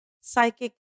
psychic